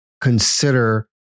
consider